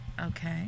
Okay